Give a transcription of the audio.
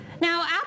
Now